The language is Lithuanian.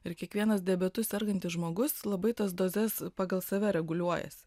ir kiekvienas diabetu sergantis žmogus labai tas dozes pagal save reguliuojasi